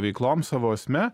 veikloms savo esme